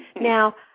Now